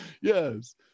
Yes